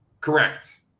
correct